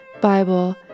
Bible